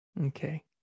Okay